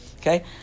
Okay